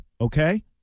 okay